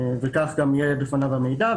וכך גם יהיה בפניו המידע,